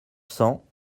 cent